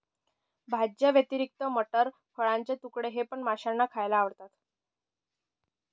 भाज्यांव्यतिरिक्त मटार, फळाचे तुकडे हे पण माशांना खायला आवडतं